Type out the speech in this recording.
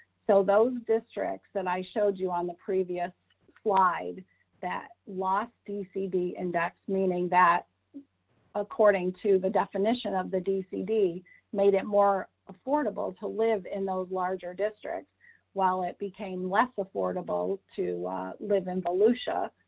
so those districts that i showed you on the previous slide that lost dcd index, meaning that according to the definition of the dcd made it more affordable to live in those larger districts while it became less affordable to live in volusia,